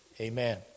Amen